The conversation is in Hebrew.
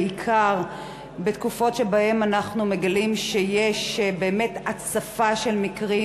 בעיקר בתקופות שבהן אנחנו מגלים שיש באמת הצפה של מקרים,